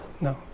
No